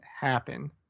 happen